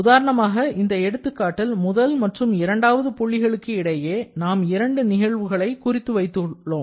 உதாரணமாக இந்த எடுத்துக்காட்டில் முதல் மற்றும் இரண்டாவது புள்ளிகளுக்கு இடையே நாம் இரண்டு நிகழ்வுகளை குறித்து வைத்திருக்கிறோம்